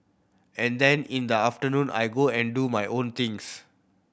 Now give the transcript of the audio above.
and then in the afternoon I go and do my own things